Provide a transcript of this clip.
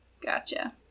Gotcha